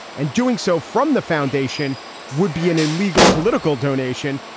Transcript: and doing so from the foundation would be an illegal political donation.